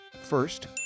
First